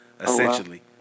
Essentially